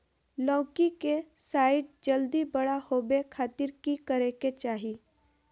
लौकी के साइज जल्दी बड़ा होबे खातिर की करे के चाही?